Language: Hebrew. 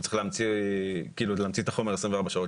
הוא צריך להמציא את החומר 24 שעות